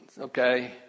okay